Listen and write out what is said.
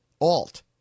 Alt